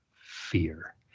fear